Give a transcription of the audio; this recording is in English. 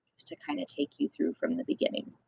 just to kinda take you through from the beginning.